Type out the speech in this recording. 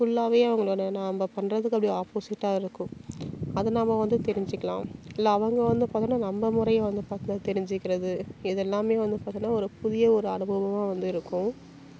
ஃபுல்லாவே அவங்களோட நாம் பண்ணுறதுக்கு அப்டியே ஆப்போசிட்டாக இருக்கும் அது நாம் வந்து தெரிஞ்சிக்கலாம் இல்லை அவங்க வந்து பார்த்தீனா நம்ம முறையை வந்து பார்த்து அதை தெரிஞ்சிக்கிறது இதெல்லாமே வந்து பார்த்தீனா ஒரு புதிய ஒரு அனுபவமாக வந்து இருக்கும்